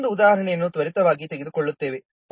ನಾವು ಇನ್ನೊಂದು ಉದಾಹರಣೆಯನ್ನು ತ್ವರಿತವಾಗಿ ತೆಗೆದುಕೊಳ್ಳುತ್ತೇವೆ